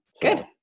good